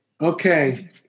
Okay